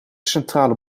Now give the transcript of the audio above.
centrale